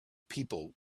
people